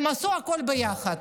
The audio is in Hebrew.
הם עשו הכול ביחד.